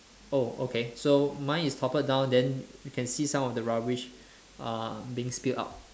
oh okay so mine is toppled down then you can see some of the rubbish uh being spilled out